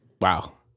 Wow